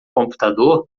computador